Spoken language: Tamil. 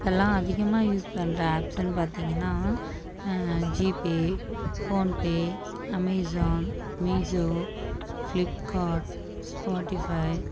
இப்போ எல்லாம் அதிகமாக யூஸ் பண்ணுற ஆப்ஸ்னு பார்த்திங்கன்னா G Pay PhonePe Amazon Meesho Flipkart Spotify